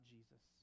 Jesus